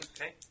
Okay